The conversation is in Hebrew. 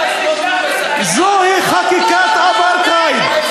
זוהי חקיקת אפרטהייד.